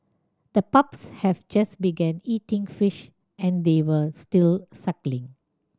the pups have just began eating fish and they were still suckling